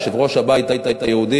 יושב-ראש הבית היהודי,